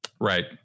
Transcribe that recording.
Right